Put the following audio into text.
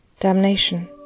damnation